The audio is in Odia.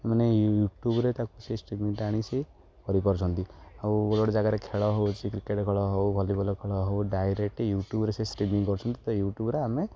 ମାନେ ୟୁଟ୍ୟୁବ୍ରେ ତାକୁ ସେ ଷ୍ଟ୍ରିମିଂଟା ଆଣି ସେ କରିପାରୁଛନ୍ତି ଆଉ ଗୋଟେ ଗୋଡ଼େ ଜାଗାରେ ଖେଳ ହେଉଛି କ୍ରିକେଟ୍ ଖେଳ ହଉ ଭଲିବଲ୍ ଖେଳ ହଉ ଡାଇରେକ୍ଟ ୟୁଟ୍ୟୁବ୍ରେ ସେ ଷ୍ଟ୍ରିମିଂ କରୁଛନ୍ତି ତ ୟୁଟ୍ୟୁବ୍ରେ ଆମେ